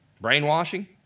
Brainwashing